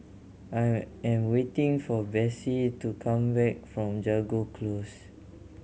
I am waiting for Bessie to come back from Jago Close